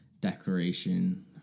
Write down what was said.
declaration